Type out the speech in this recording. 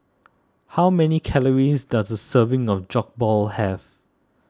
how many calories does a serving of Jokbal have